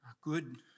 Good